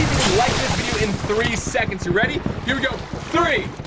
you can like this video in three seconds, you ready? here we go three,